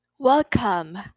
Welcome